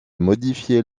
modifier